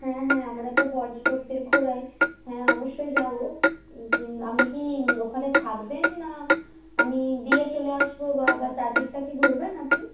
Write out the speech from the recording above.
হ্যাঁ হ্যাঁ আমরা তো পর্যটকদের ঘোরাই হ্যাঁ অবশ্যই যাব কি আপনি কি ওখানে থাকবেন না আমি দিয়ে চলে আসবো বা বা চারদিকটা কি ঘুরবেন আপনি